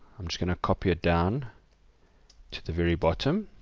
am just going to copy it down to the very bottom.